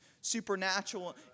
supernatural